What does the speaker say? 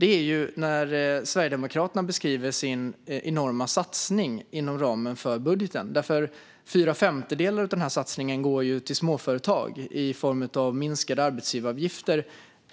är när Sverigedemokraterna beskriver sin enorma satsning inom ramen för budgeten, för fyra femtedelar av satsningen går till småföretag i form av minskade arbetsgivaravgifter.